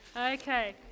Okay